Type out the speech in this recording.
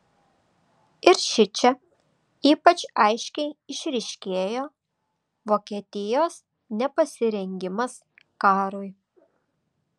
ir šičia ypač aiškiai išryškėjo vokietijos nepasirengimas karui